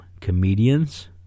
comedians